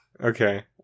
okay